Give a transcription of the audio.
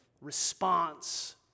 response